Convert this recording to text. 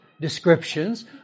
descriptions